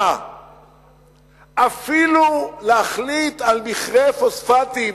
אפילו להחלטה על מכרה פוספטים